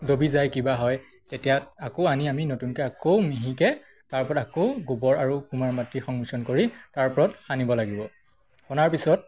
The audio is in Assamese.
দবি যায় কিবা হয় তেতিয়া আকৌ আনি আমি নতুনকৈ আকৌ মিহিকৈ তাৰ ওপৰত আকৌ গোবৰ আৰু কুমাৰ মাটি সংমিশ্ৰণ কৰি তাৰ ওপৰত সানিব লাগিব সনাৰ পিছত